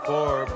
Four